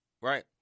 right